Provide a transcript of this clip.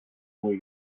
muy